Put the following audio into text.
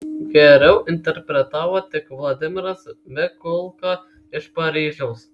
geriau interpretavo tik vladimiras mikulka iš paryžiaus